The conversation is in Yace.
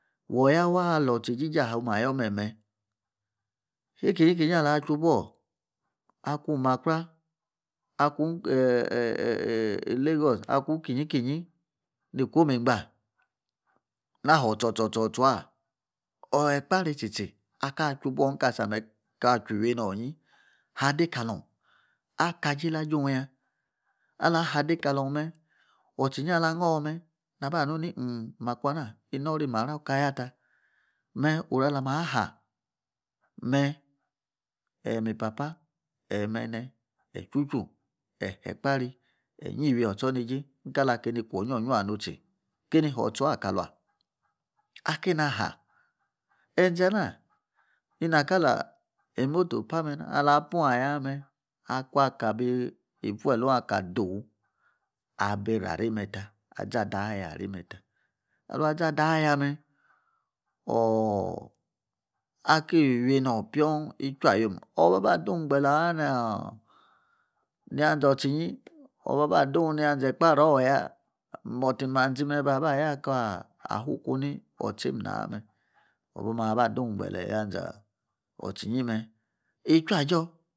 Kloo yaa waa aloor otsa eijiji ayoor me ni me ikunyi ikinyi ala chui ibuor ikuni imakra, akuun eee ilagos. Akung ikinyi kinyi ni kuom eingba na hoor otso tso otusa. Eyi ekpari tsitsi akaa tchui ibuor ni kaa tsa me haa dei kalung baa kejei la jung ya. Ala haa dei kalung me otsi inyi a' la goor me naba nuu ni inn makwa na ni nori imalor kayata me oru alama haa me eyi nii papa eyi ene eyi tchuu tchuu eyi he ekpari eyi yi iwi otcho heiji kali a'keini ikuu onyua yua hutsi kein hoor otsua kalang. A keini ahaa enze ana iha kala imoto paa me na. Alaa pung aya me akung aka bii ifuel ong adoo abi raa areime ta azada ya a reimeta alung azadei yaa me ung akun iwi einoor piong itu ayom oba ba dung igbele otchi inyi oba da dung yanze ekpari oor ya buti imanzi me otse m na yaa me obo ma ba dung igbele yaa anze otsi inyi me itchua ajoor